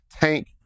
tank